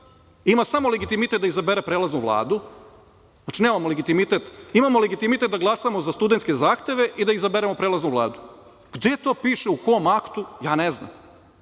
ima samo legitimitet da izabere prelaznu Vladu. Znači, nemamo legitimitet, imamo legitimitet da glasamo za studentske zahteve i da izaberemo prelaznu Vladu. Gde to piše, u kom aktu? Ja ne